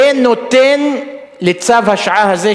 ונותן לצו השעה הזה,